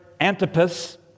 Antipas